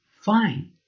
Fine